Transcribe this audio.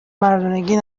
مردونگی